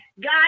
God